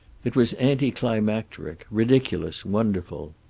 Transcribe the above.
it was anti-climacteric ridiculous, wonderful.